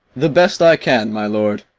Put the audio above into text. the best i can, my lord.